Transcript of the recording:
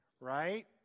right